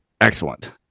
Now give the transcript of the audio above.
excellent